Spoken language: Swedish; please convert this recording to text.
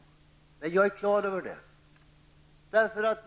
Nej, jag är på det klara med det.